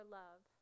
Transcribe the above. love